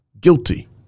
guilty